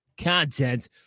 content